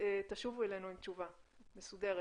תשובו אלינו עם תשובה מסודרת.